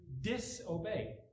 disobey